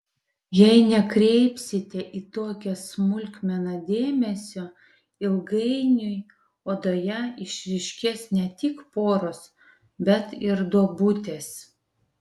jei nekreipsite į tokią smulkmeną dėmesio ilgainiui odoje išryškės ne tik poros bet ir duobutės